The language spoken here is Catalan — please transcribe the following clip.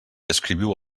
escriviu